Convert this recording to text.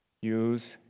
use